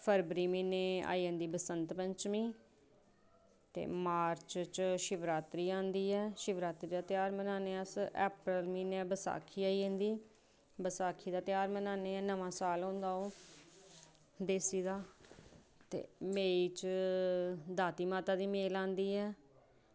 फरवरी म्हीनै आई जंदी बसंतपंचमी ते मार्च च शिवरात्री आंदी ऐ शिवरात्री दा ध्यार मनान्ने अस अप्रैल म्हीनै बैसाखी आई जंदी बैसाखी दा ध्यार मनान्ने आं नमां साल होंदा ओह् देसी दा ते मेई च दाती माता दी मेल आंदी ऐ